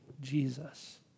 Jesus